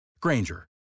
Granger